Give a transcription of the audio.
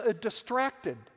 distracted